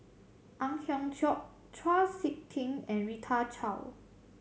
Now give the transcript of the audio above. Ang Hiong Chiok Chau Sik Ting and Rita Chao